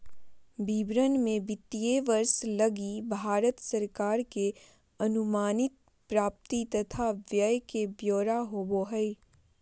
विवरण मे वित्तीय वर्ष लगी भारत सरकार के अनुमानित प्राप्ति तथा व्यय के ब्यौरा होवो हय